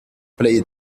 plaid